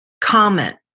comment